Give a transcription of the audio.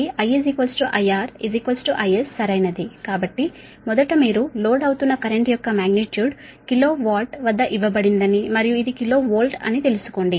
కాబట్టి మొదట మీరు లోడ్ అవుతున్న కరెంట్ యొక్క మాగ్నిట్యూడ్ కిలో వాట్ వద్ద ఇవ్వబడిందని మరియు ఇది కిలో వోల్ట్ అని తెలుసుకోండి